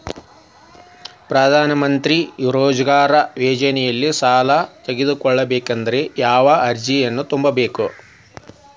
ಪ್ರಧಾನಮಂತ್ರಿ ರೋಜಗಾರ್ ಯೋಜನೆದಾಗ ಸಾಲ ತೊಗೋಬೇಕಂದ್ರ ಯಾವ ಅರ್ಜಿ ತುಂಬೇಕು?